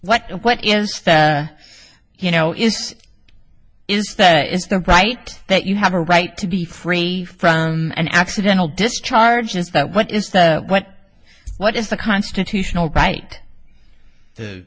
what what is you know is is that is the right that you have a right to be free from an accidental discharge is that what is that what what is the constitutional right to